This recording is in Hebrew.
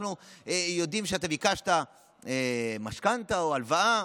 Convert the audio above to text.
אנחנו יודעים שאתה ביקשת משכנתה או הלוואה,